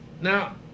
now